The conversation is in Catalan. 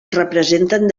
representen